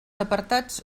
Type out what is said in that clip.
apartats